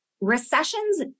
recessions